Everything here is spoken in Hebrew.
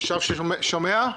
עכשיו שומע?